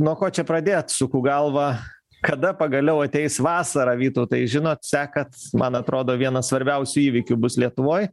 nuo ko čia pradėt suku galvą kada pagaliau ateis vasara vytautai žinot sekat man atrodo vienas svarbiausių įvykių bus lietuvoj